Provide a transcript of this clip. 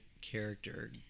character